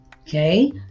Okay